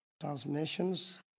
transmissions